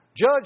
Judge